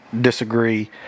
disagree